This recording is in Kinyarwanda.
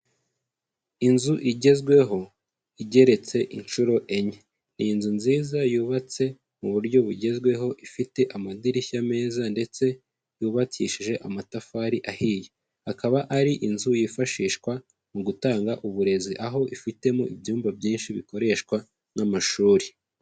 Inzu igezweho, igeretse inshuro enye. Ni inzu nziza yubatse mu buryo bugezweho, ifite amadirishya meza ndetse yubakishije amatafari ahiye. Akaba ari inzu yifashishwa mu gutanga uburezi, aho ifitemo ibyumba byinshi bikoreshwa nk'amashuri.